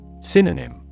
Synonym